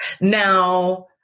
Now